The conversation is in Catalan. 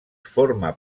forma